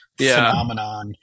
phenomenon